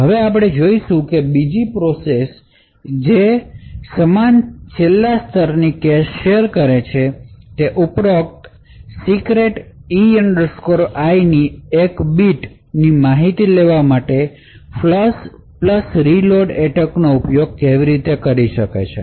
હવે આપણે જોઈશું કે બીજી પ્રોસેસ જે સમાન છેલ્લા સ્તરની કેશ શેર કરે છે તે ઉપરોક્ત ગુપ્ત E i ની એક બીટ માહિતી લેવા માટે ફ્લશ રીલોડ એટેકનો ઉપયોગ કેવી રીતે કરી શકે છે